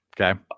Okay